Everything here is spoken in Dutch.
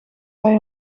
hij